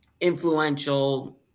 influential